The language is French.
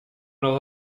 leur